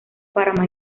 para